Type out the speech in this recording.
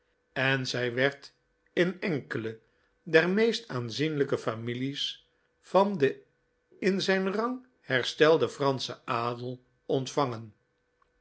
en zij werd in enkele der meest aanzienlijke families van den in zijn rang herstelden franschen adel ontvangen